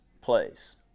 place